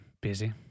busy